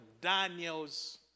Daniel's